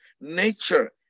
nature